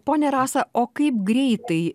ponia rasa o kaip greitai